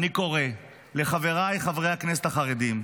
אני קורא לחבריי חברי הכנסת החרדים: